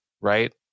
right